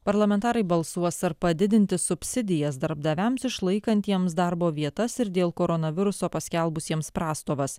parlamentarai balsuos ar padidinti subsidijas darbdaviams išlaikantiems darbo vietas ir dėl koronaviruso paskelbusiems prastovas